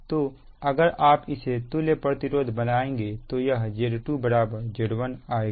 तो अगर आप उसे तुल्य परिपथ बनाएंगे तो यह Z2 Z1 आएगा